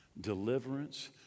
deliverance